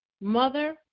Mother